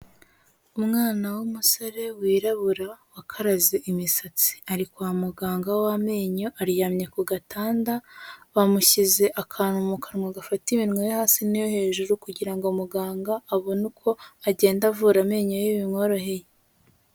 Umwana w'umusore wirabura wakaraze imisatsi ari kwa muganga w'amenyo aryamye ku gatanda bamushyize akantu mu kanwa gafata iminwa yo hasi n'iyo hejuru kugira ngo muganga abone uko agenda avura amenyo ye bimworoheye.